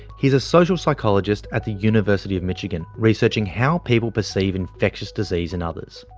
he is a social psychologist at the university of michigan, researching how people perceive infectious disease in others.